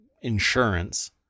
insurance